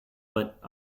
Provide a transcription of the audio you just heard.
but